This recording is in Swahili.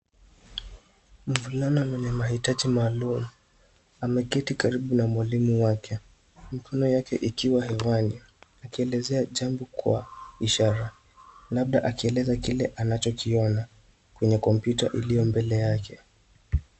Mvulana mwenye mahitaji maalumu ameketi karibu na mwalimu wake mikono yake ikiwa hewani akielezea jambo kwa ishara, labda akieleza kile anachokiona kwenye kompyuta iliyo mbele yake.